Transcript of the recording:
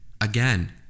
Again